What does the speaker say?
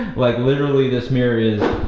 like literally this mirror is,